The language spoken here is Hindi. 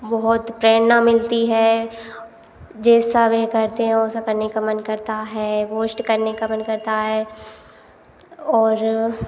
बहुत प्रेरणा मिलती है जैसा वे करते हैं वैसा करने का मन करता है बूस्ट करने का मन करता है और